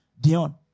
Dion